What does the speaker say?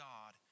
God